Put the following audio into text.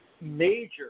major